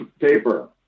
paper